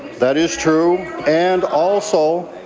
that is true. and also,